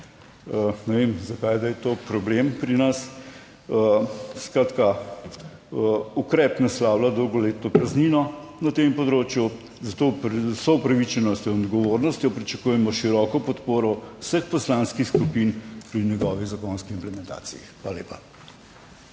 Ne vem zakaj je zdaj to problem pri nas. Skratka, ukrep naslavlja dolgoletno praznino na tem področju, zato z vso upravičenostjo in odgovornostjo pričakujemo široko podporo vseh poslanskih skupin pri njegovi zakonski implementaciji. Hvala lepa.